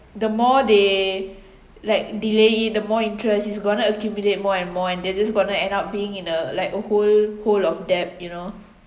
the more they like delay it the more interest is gonna accumulate more and more and they're just gonna end up being in a like a hole hole of debt you know